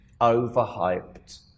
overhyped